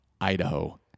Idaho